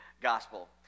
gospel